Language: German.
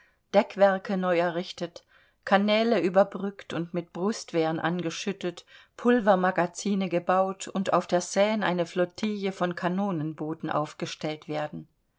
deckwerke neu errichtet kanäle überbrückt und mit brustwehren angeschüttet pulvermagazine gebaut und auf der seine eine flottille von kanonenbooten aufgestellt werden